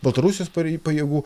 baltarusijos parei pajėgų